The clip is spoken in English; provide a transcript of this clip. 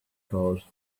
caused